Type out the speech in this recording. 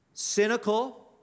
Cynical